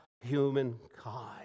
humankind